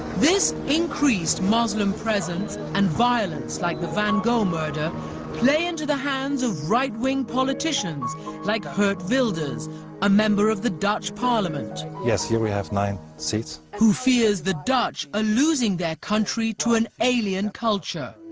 this increased muslim presence and violence like the van gogh murder play into the hands of right-wing politicians like hurt builders a member of the dutch parliament yes here we have nine seats who fears the dutch are ah losing their country to an alien culture